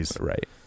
Right